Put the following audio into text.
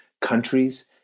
countries